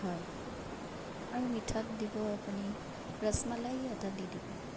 হয় আৰু মিঠাত দিব আপুনি ৰসমল্লাই এটা দি দিব